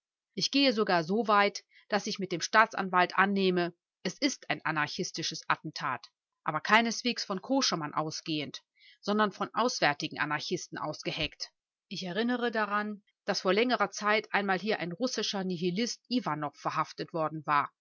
ich gehe sogar so weit daß ich mit dem staatsanwalt annehme es ist ein anarchistisches attentat aber keineswegs von koschemann ausgehend sondern von auswärtigen anarchisten ausgeheckt ich erinnere daran daß vor längerer zeit einmal hier ein russischer nihilist iwanoff verhaftet worden war